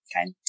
Okay